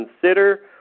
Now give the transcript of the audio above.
consider